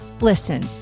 listen